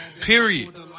Period